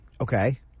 Okay